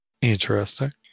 Interesting